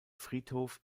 friedhof